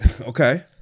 Okay